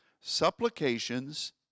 supplications